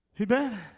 Amen